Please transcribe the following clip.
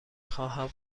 خواهم